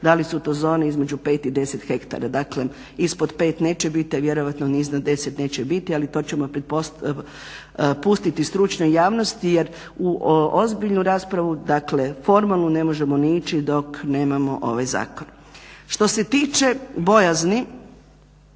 da li su to zone između 5 i 10 hektara. Dakle ispod 5 neće biti a vjerovatno ni iznad 10 neće biti ali to ćemo pustiti stručnoj javnosti jer u ozbiljnu raspravu dakle ne možemo ni ići dok nemamo ovaj zakon. Što se tiče bojazni